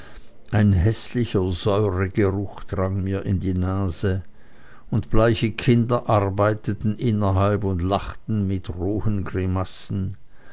ein häßlicher säuregeruch drang mir in die nase und bleiche kinder arbeiteten innerhalb und lachten mit rohen grimassen